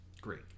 great